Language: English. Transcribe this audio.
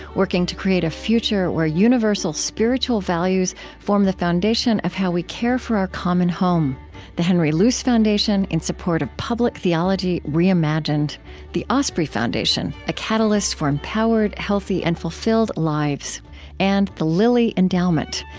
working to create a future where universal spiritual values form the foundation of how we care for our common home the henry luce foundation, in support of public theology reimagined the osprey foundation, a catalyst for empowered, healthy, and fulfilled lives and the lilly endowment,